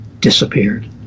disappeared